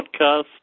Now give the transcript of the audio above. podcast